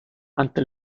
ante